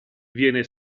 viene